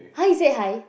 !huh! you said hi